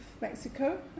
Mexico